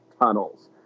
Tunnels